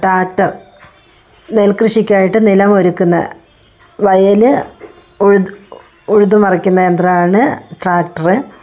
tractor നെൽകൃഷിക്കായിട്ട് നിലം ഒരുക്കുന്ന വയൽ ഉഴുതുമറിക്കുന്ന യന്ത്രമാണ് ട്രാക്ടറ്